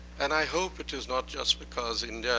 and i hope it is not just because india